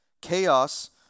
Chaos